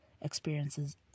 experiences